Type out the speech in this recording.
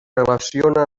relaciona